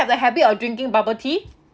the habit of drinking bubble tea